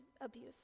abuse